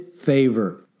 favor